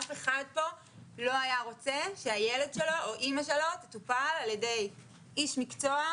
אף אחד פה לא היה רוצה שהילד שלו או אמא שלו יטופל על ידי איש מקצוע,